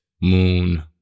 moon